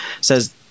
says